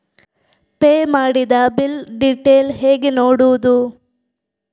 Pay ಮಾಡಿದ bill detail ಹೇಗೆ ನೋಡುವುದು?